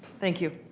thank you.